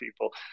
people